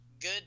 good